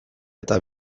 eta